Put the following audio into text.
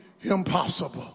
impossible